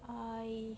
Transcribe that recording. I